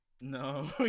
no